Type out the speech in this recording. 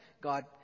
God